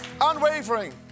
Unwavering